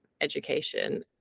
education